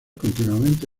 continuamente